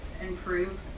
improve